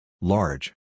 Large